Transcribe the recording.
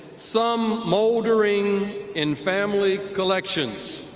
some moldering in family collections.